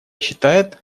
считает